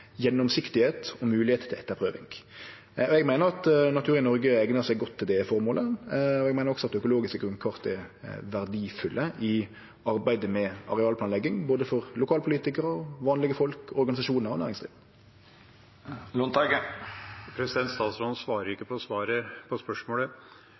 og gjev moglegheit til etterprøving. Eg meiner at Natur i Norge eignar seg godt til dette føremålet, og eg meiner også at økologiske grunnkart er verdfulle i arbeidet med arealplanlegging for både lokalpolitikarar, vanlege folk, organisasjonar og næringsliv. Statsråden svarer